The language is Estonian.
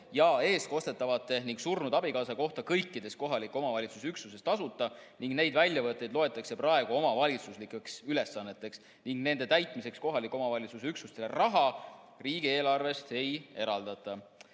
ja eestkostetavate ning surnud abikaasa kohta kõikides kohaliku omavalitsuse üksustes tasuta. Neid väljavõtteid loetakse praegu omavalitsuslikeks ülesanneteks ning nende täitmiseks kohalikele omavalitsusüksustele raha riigieelarvest ei eraldata.